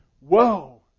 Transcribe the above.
whoa